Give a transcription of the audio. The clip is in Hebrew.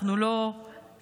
אנחנו לא סופרים,